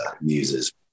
muses